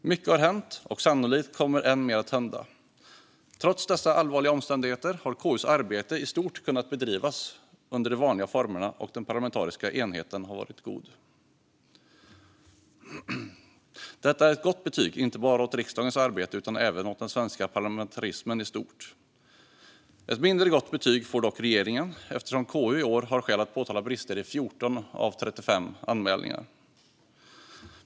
Mycket har hänt, och sannolikt kommer än mer att hända. Trots dessa allvarliga omständigheter har KU:s arbete i stort kunnat bedrivas under de vanliga formerna, och den parlamentariska enheten har varit god. Detta är ett gott betyg inte bara åt riksdagens arbete utan även åt den svenska parlamentarismen i stort. Ett mindre gott betyg får dock regeringen eftersom KU i år har skäl att påtala brister i 14 av 35 anmälningar.